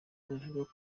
bivugwa